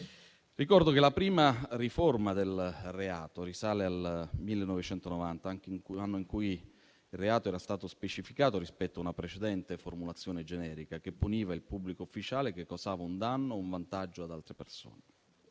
Ricordo che la prima riforma del reato risale al 1990, anno in cui il reato era stato specificato rispetto a una precedente formulazione generica che puniva il pubblico ufficiale che causava un danno o un vantaggio ad altre persone